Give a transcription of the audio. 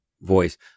voice